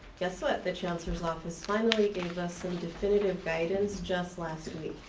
guess what? the chancellor's office finally gave us some definitive guidance just last week.